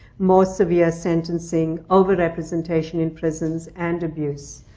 more severe sentencing, overrepresentation in prisons, and abuse.